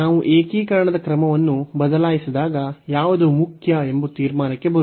ನಾವು ಏಕೀಕರಣದ ಕ್ರಮವನ್ನು ಬದಲಾಯಿಸಿದಾಗ ಯಾವುದು ಮುಖ್ಯ ಎಂಬ ತೀರ್ಮಾನಕ್ಕೆ ಬರುವುದು